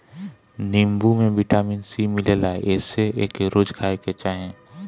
नीबू में vitamin C मिलेला एसे एके रोज खाए के चाही